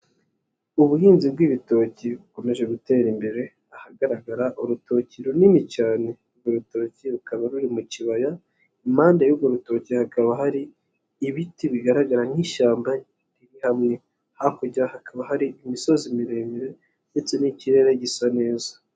Ubuhinzi bw'ibitoki bukomeje gutera imbere, ahagaragara urutoki runini cyane. Urwo rutoki rukaba ruri mu kibaya, impande y'urwo rutoki hakaba hari ibiti bigaragara nk'ishyamba riri hamwe, hakurya hakaba hari imisozi miremire ndetse n'ikirere gisa neza.